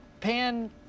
pan